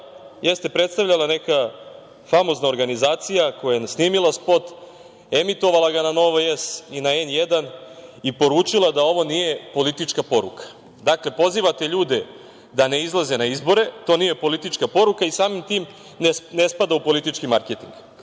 jeste predstavljala neka famozna organizacija koja je nasnimila spot, emitovala ga na Novoj S i na N1 i poručila da ovo nije politička poruka. Dakle, pozivate ljude da ne izlaze na izbore, to nije politička poruka i samim tim ne spada u politički marketing. Šta